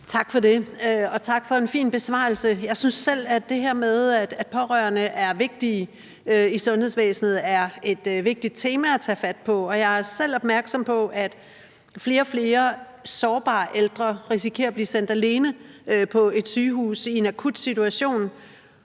Tak for det, og tak for en fin besvarelse. Jeg synes selv, at det her med, at pårørende er vigtige i sundhedsvæsenet, er et vigtigt tema at tage fat på. Jeg er selv opmærksom på, at flere og flere sårbare ældre risikerer at blive sendt alene på et sygehus i en akut situation,